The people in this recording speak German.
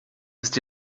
ist